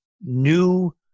New